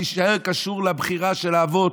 תישאר קשור לבחירה של האבות,